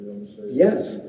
Yes